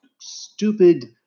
stupid